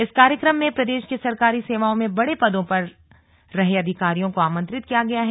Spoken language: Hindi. इस कार्यक्रम में प्रदेश की सरकारी सेवाओं में बड़े पदों पर रहे अधिकारियों को आमंत्रित किया गया है